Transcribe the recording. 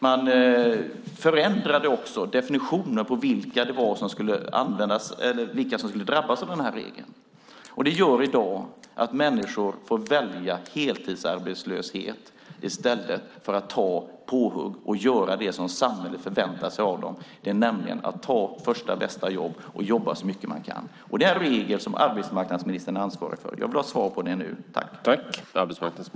Man förändrade också definitionen på vilka som skulle drabbas av den här regeln. Det gör att människor i dag får välja heltidsarbetslöshet i stället för att ta påhugg och göra det som samhället förväntar sig av dem, nämligen att ta första bästa jobb och jobba så mycket de kan. Det är en regel som arbetsmarknadsministern är ansvarig för. Jag vill ha ett svar på det nu.